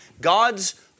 God's